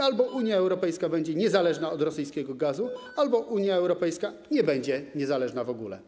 Albo Unia Europejska będzie niezależna od rosyjskiego gazu, albo Unia Europejska nie będzie niezależna w ogóle.